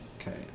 Okay